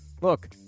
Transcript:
look